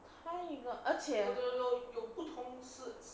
太乱而且